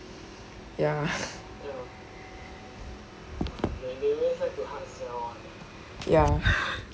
ya ya